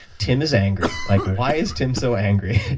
tim is angry. like why is tim so angry?